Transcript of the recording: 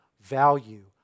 value